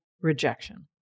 rejection